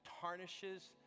tarnishes